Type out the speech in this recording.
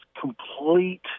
complete